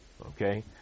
Okay